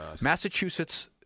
Massachusetts –